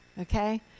okay